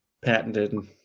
patented